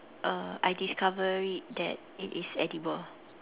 uh I discover it that it is edible